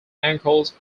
ankles